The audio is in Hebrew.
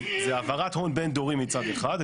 זה העברת הון בין דורי מצד אחד,